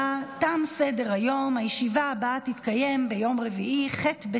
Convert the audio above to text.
דיונים בהיוועדות חזותית בהשתתפות עצורים,